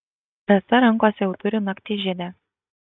rasa rankose jau turi naktižiedę